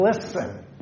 Listen